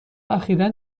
اخیرا